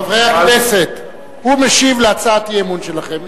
חברי הכנסת, הוא משיב על הצעת אי-אמון שלכם.